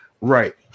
right